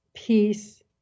peace